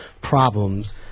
problems